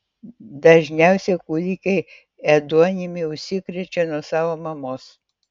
dažniausiai kūdikiai ėduonimi užsikrečia nuo savo mamos